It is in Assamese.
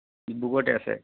বুকতে আছে